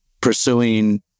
pursuing